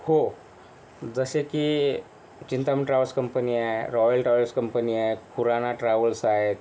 हो जसे की चिंतामणी ट्रॅव्हल्स कंपनी आहे रॉयल ट्रॅव्हल्स कंपनी आहे खुराणा ट्रॅव्हल्स आहे